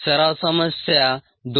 सराव समस्या 2